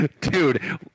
Dude